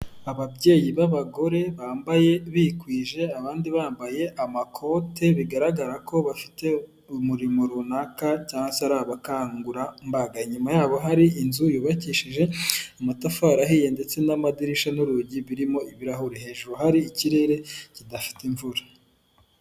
Ababyeyi b'abagore bambaye bikwije abandi bambaye amakote, bigaragara ko bafite urumurimo runaka, cyangwa se ari abakangurambaga, inyuma yabo hari inzu yubakishije amatafari ahiye, ndetse n'amadirishya n'urugi birimo ibirahuri, hejuru hari ikirere kidafite imvura.